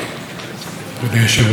אדוני היושב-ראש,